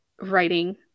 writing